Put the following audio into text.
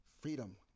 Freedom